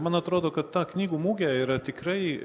man atrodo kad ta knygų mugė yra tikrai